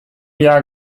jahr